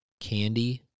Candy